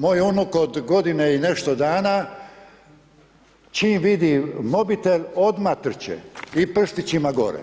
Moj unuk od godine i nešto dana, čim vidi mobitel, odmah trče, i prstićima gore,